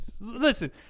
listen